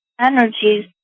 energies